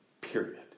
Period